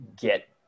get